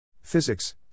Physics